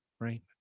Right